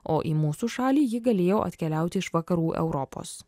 o į mūsų šalį ji galėjo atkeliauti iš vakarų europos